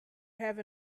have